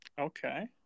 Okay